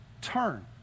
turn